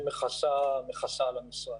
שמכסה על הנושא.